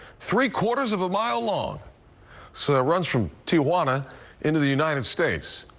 three quarters of a mile ah so runs from two wanna into the united states.